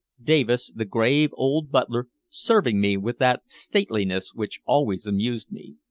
davis, the grave old butler, serving me with that stateliness which always amused me.